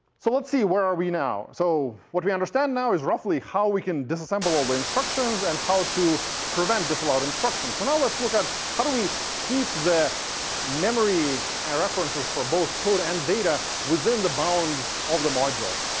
so let's see. where are we now? so what we understand now is roughly how we can disassemble all the instructions and how to prevent disallowed instructions. so now let's look at, how do we keep the memory and references for both code and data within the bounds of the module?